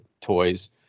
toys